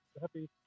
Happy